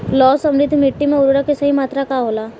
लौह समृद्ध मिट्टी में उर्वरक के सही मात्रा का होला?